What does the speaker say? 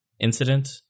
incident